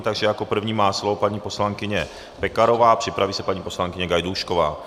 Takže jako první má slovo paní poslankyně Pekarová, připraví se paní poslankyně Gajdůšková.